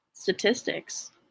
statistics